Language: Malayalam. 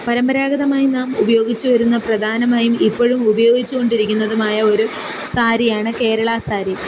പാരമ്പരാഗതമായും നാം ഉപയോഗിച്ച് വരുന്ന പ്രധാനമായും ഇപ്പോഴും ഉപയോഗിച്ച് കൊണ്ടിരിക്കുന്നതുമായ ഒരു സാരിയാണ് കേരളാ സാരി